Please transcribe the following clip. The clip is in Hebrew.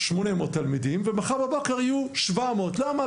800 תלמידים, ומחר בבוקר יהיו 700, למה?